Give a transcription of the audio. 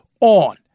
on